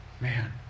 Man